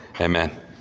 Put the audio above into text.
Amen